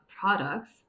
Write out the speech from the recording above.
products